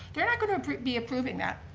they're not going to be approving that.